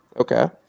Okay